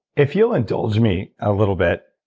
if you'll indulge me a little bit,